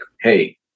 hey